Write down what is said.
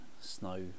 snow